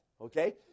okay